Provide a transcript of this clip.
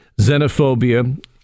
xenophobia